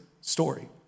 story